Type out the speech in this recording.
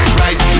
right